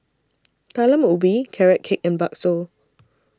Talam Ubi Carrot Cake and Bakso